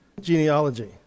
genealogy